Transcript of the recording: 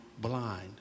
blind